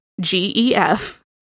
G-E-F